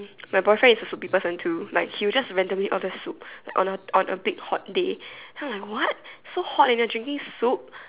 my boyfriend is a soupy person like he will just randomly order soup like on a on a big hot day then I'm like what so hot and you're drinking soup